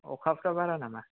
अखाफ्रा बारा नामा